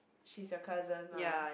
she's your cousin lah